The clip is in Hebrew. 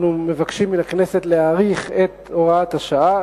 אנחנו מבקשים מהכנסת להאריך את תוקף הוראת השעה,